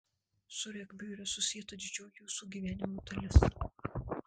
su regbiu yra susieta didžioji jūsų gyvenimo dalis